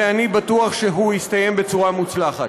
ואני בטוח שהוא יסתיים בצורה מוצלחת.